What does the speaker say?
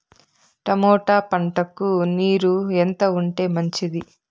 Tomato పంటకు నీరు ఎంత ఉంటే మంచిది?